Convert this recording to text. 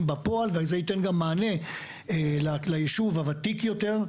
בפועל וזה ייתן גם מענה ליישוב הוותיק יותר,